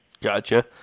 Gotcha